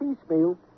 piecemeal